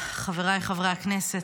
חבריי חברי הכנסת,